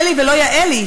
לא נאה לי ולא יאה לי.